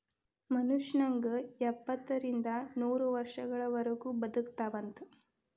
ಮನುಷ್ಯ ನಂಗ ಎಪ್ಪತ್ತರಿಂದ ನೂರ ವರ್ಷಗಳವರಗು ಬದಕತಾವಂತ